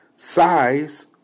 size